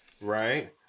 Right